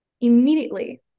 Immediately